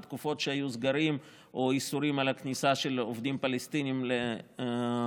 בתקופות שהיו סגרים או איסורים על הכניסה של עובדים פלסטינים לכאן,